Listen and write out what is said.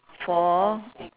four